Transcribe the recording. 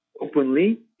openly